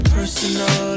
Personal